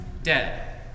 Dead